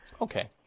Okay